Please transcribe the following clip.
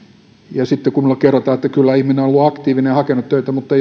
ja sitten kun kun minulle kerrotaan että kyllä ihminen on ollut aktiivinen ja hakenut töitä mutta